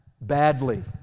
badly